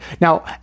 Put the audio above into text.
Now